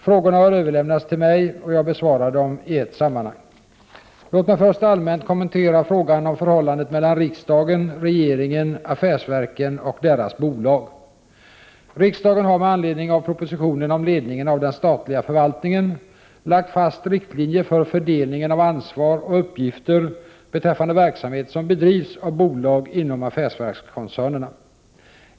Frågorna har överlämnats till mig. Jag besvarar dem i ett sammanhang. Låt mig först allmänt kommentera frågan om förhållandet mellan riksdagen, regeringen, affärsverken och deras bolag. Riksdagen har med anledning av propositionen om ledningen av den statliga förvaltningen lagt fast riktlinjer för fördelningen av ansvar och uppgifter beträffande verksamhet som bedrivs av bolag inom affärsverkskoncernerna.